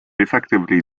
effectively